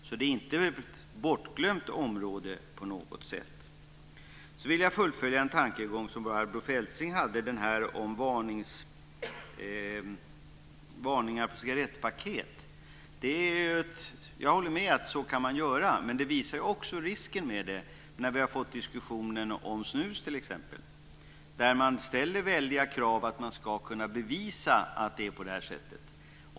Så det är inte ett bortglömt område på något sätt. Sedan vill jag fullfölja en tankegång som Barbro Feltzing hade om varningar på cigarettpaket. Jag håller med om att man kan göra så. Men den diskussion vi har fått om t.ex. snus visar också risken med detta. Man ställer väldiga krav på att det ska kunna bevisas att det är på det här sättet.